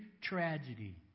tragedy